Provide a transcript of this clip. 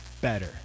better